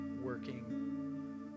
working